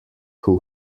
who